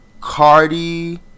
Cardi